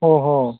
ಓಹೋ